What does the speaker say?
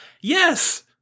Yes